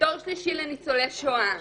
כדור שלישי ליצולי שואה,